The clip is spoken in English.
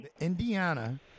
Indiana